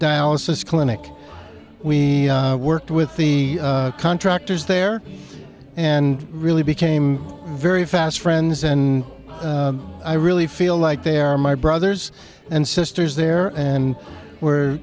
dialysis clinic we worked with the contractors there and really became very fast friends and i really feel like they are my brothers and sisters there and we're